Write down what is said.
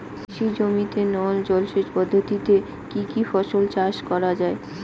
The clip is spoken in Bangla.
কৃষি জমিতে নল জলসেচ পদ্ধতিতে কী কী ফসল চাষ করা য়ায়?